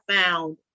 found